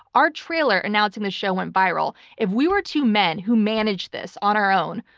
our trailer announcing the show went viral. if we were two men who managed this on our own,